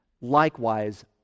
likewise